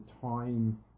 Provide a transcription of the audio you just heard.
time